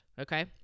Okay